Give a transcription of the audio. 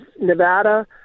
Nevada